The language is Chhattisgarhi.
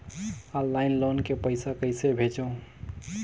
ऑनलाइन लोन के पईसा कइसे भेजों?